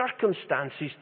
circumstances